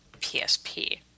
PSP